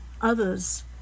others